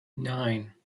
nine